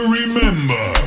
remember